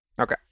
Okay